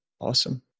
awesome